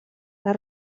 les